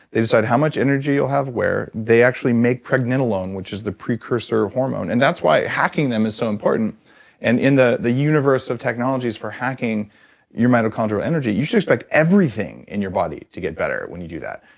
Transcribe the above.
they decide how much energy you'll have where. they actually make pregnenolone which is the precursor of hormone and that's why hacking them is so important and in the the universe of technologies for hacking your mitochondrial energy, you should expect everything in your body to get better when you do that.